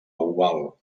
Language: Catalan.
oval